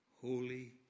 holy